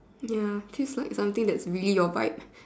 ya feels like something that is really your vibe